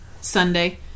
Sunday